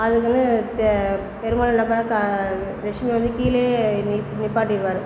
அதுக்குன்னு தே பெருமாள் நம்ம கா லஷ்மிய வந்து கீழேயே நி நிப்பாட்டிடுவார்